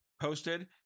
posted